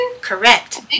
Correct